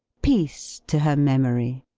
peace to her memory!